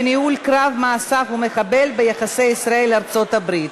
וניהול קרב מאסף המחבל ביחסי ישראל ארצות-הברית.